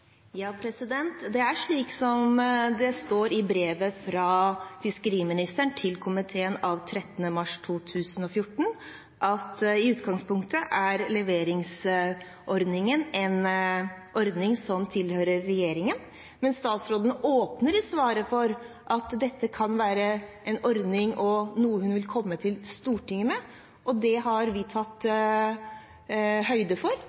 Det er slik som det står i brevet av 13. mars 2014 fra fiskeriministeren til komiteen at i utgangspunktet er leveringsordningen en ordning som tilligger regjeringen. Men statsråden åpner i svaret for at dette kan være en ordning som hun vil komme til Stortinget med. Det har vi tatt høyde for. Hvis endringene er på et sånt nivå, har statsråden åpnet for